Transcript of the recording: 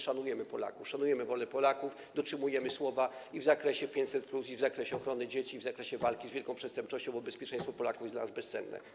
Szanujemy Polaków, szanujemy wolę Polaków, dotrzymujemy słowa i w zakresie 500+, i w zakresie ochrony dzieci, i w zakresie walki z wielką przestępczością, bo bezpieczeństwo Polaków jest dla nas bezcenne.